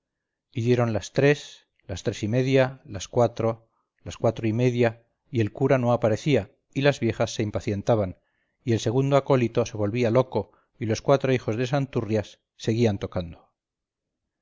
dieron las tres las tres y media las cuatro las cuatro y media y el cura no aparecía y las viejas se impacientaban y el segundo acólito se volvía loco y los cuatro hijos de santurrias seguían tocando